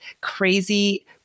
crazy